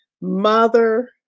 mother